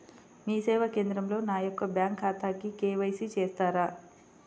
మీ సేవా కేంద్రంలో నా యొక్క బ్యాంకు ఖాతాకి కే.వై.సి చేస్తారా?